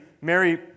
Mary